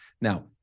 Now